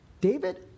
David